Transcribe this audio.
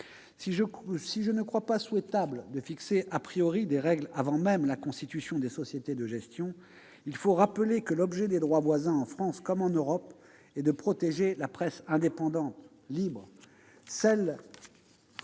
Si je ne pense pas souhaitable de fixer des règles avant même la constitution des sociétés de gestion, je rappelle que l'objet des droits voisins, en France comme en Europe, est de protéger la presse indépendante, libre, celle